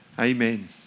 Amen